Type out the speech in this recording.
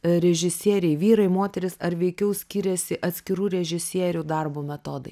režisieriai vyrai moterys ar veikiau skiriasi atskirų režisierių darbo metodai